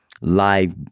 life